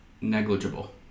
negligible